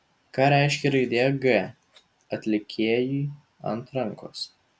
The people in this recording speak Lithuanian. ką reiškia raidė g atlikėjui ant rankos